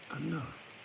Enough